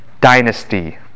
dynasty